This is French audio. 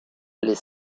les